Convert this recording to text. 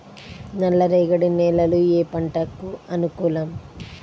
నల్ల రేగడి నేలలు ఏ పంటకు అనుకూలం?